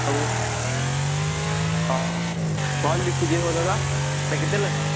ହଉ ହଁ ହଁ ହଁ ହଁ ଲିଖୁଛି ହୋ ଦାଦା କେତେ ଲେଖାଁ